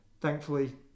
thankfully